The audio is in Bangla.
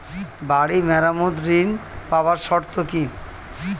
বাড়ি মেরামত ঋন পাবার শর্ত কি?